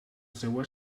seva